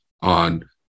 on